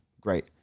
Great